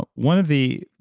ah one of the.